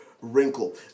wrinkle